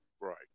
right